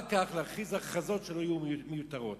כך להכריז הכרזות שלא יהיו מיותרות.